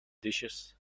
dishes